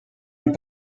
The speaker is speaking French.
même